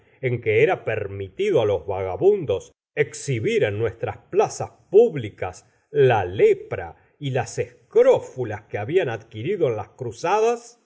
en que era permitido á los vagabundos exhibir en nuestras plazas públicas la lepra y las escr ófulas que habían adquirido en la cruzada